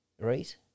right